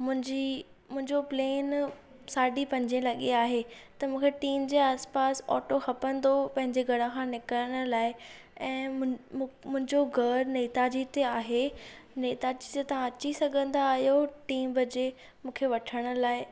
मुंहिंजी मुंहिंजो प्लेन साढी पंजे लॻे आहे त मूंखे टीं जे आसि पासि ऑटो खपंदो हो पहिंजे घर खां निकिरण लाइ ऐं मुंहिंजो घरु नेताजीअ ते आहे नेताजीअ ते तव्हां अची सघंदा आहियो टीं बजे मूंखे वठण लाइ